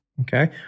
Okay